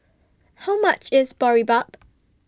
How much IS Boribap